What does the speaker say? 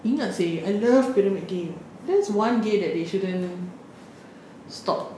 ingat seh I love pyramid game that's one game that they shouldn't stop